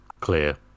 clear